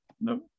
No